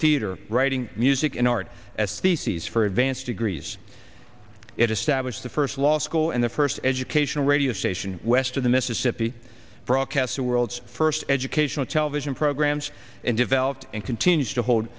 theater writing music in art as a species for advanced degrees it established the first law school and the purse educational radio station west of the mississippi broadcasting world's first educational television programs and developed and continues to hold